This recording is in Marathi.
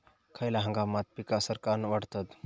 खयल्या हंगामात पीका सरक्कान वाढतत?